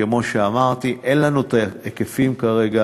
כמו שאמרתי, אין לנו את ההיקפים כרגע.